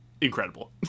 incredible